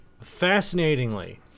fascinatingly